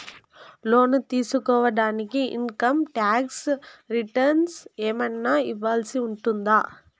లోను తీసుకోడానికి income tax returns ఏమన్నా ఇవ్వాల్సి ఉంటుందా